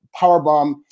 powerbomb